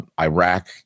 Iraq